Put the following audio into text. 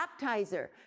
baptizer